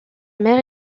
mère